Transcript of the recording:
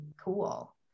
cool